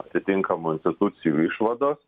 atitinkamų institucijų išvados